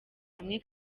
hamwe